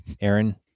Aaron